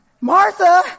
Martha